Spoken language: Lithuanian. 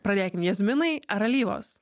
pradėkim jazminai ar alyvos